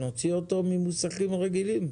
נוציא אותו ממוסכים רגילים?